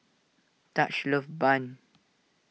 Taj loves Bun